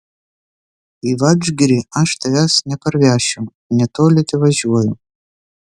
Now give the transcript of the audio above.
į vadžgirį aš tavęs neparvešiu netoli tevažiuoju